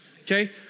okay